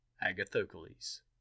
Agathocles